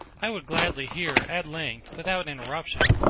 i would gladly hear, at length, without interruption,